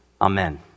Amen